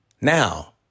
Now